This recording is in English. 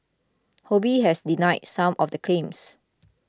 Ho Bee has denied some of the claims